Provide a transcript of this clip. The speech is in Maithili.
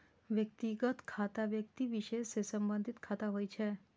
व्यक्तिगत खाता व्यक्ति विशेष सं संबंधित खाता होइ छै